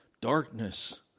darkness